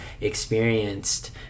experienced